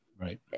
right